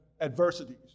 adversities